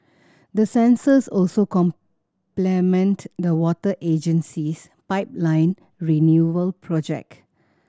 the sensors also complement the water agency's pipeline renewal project